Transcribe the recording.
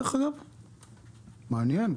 מעניין.